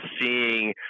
seeing